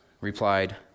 replied